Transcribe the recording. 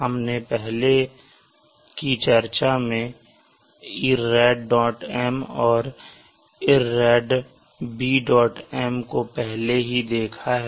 हमने पहले की चर्चा में irradm और iarrdbm को पहले ही देखा है